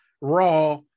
raw